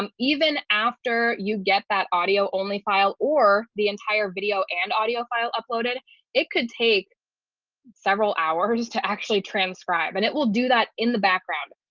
um even after you get that audio only file or the entire video and audio file uploaded it could take several hours to actually transcribe and it will do that in the background.